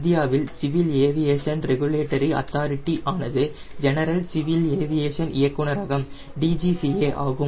இந்தியாவில் civil aviation regulatory authority ஆனது general civil aviation இயக்குநரகம் DGCA ஆகும்